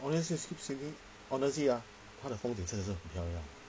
honestly speaking honestly ah 他的风景真是很漂亮